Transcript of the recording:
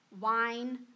wine